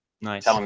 nice